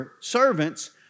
servants